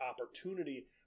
opportunity